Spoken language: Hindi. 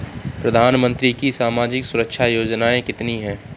प्रधानमंत्री की सामाजिक सुरक्षा योजनाएँ कितनी हैं?